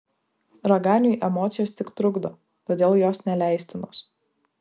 raganiui emocijos tik trukdo todėl jos neleistinos